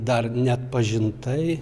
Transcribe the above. dar neatpažintai